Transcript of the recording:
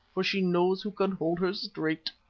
for she knows who can hold her straight!